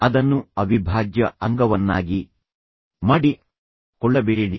ಅದನ್ನು ಅವಿಭಾಜ್ಯ ಅಂಗವನ್ನಾಗಿ ಮಾಡಿಕೊಳ್ಳಬೇಡಿ